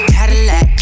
Cadillac